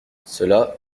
cela